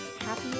happy